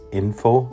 info